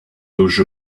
those